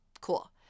Cool